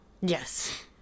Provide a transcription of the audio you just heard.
Yes